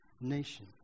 nation